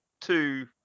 Two